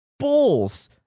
balls